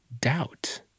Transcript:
doubt